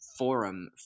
Forum